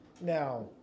Now